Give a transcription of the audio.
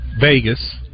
Vegas